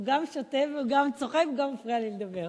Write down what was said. הוא גם שותה והוא גם צוחק וגם הוא מפריע לי לדבר,